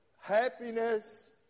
happiness